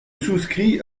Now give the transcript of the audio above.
souscris